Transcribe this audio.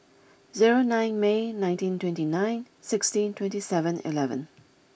zero nine May nineteen twenty nine sixteen twenty seven eleven